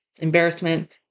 embarrassment